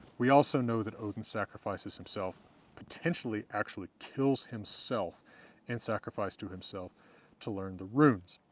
we also know that odinn sacrifices himself potentially actually kills himself and sacrificed to himself to learn the runes.